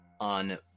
on